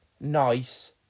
NICE